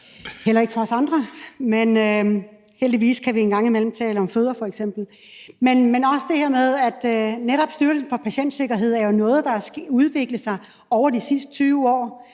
heller ikke for os andre, men heldigvis kan vi en gang imellem tale om f.eks. fødder. Netop det omkring Styrelsen for Patientsikkerhed er jo noget, der har udviklet sig over de sidste tyve år.